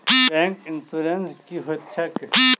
Bank insurance की होइत छैक?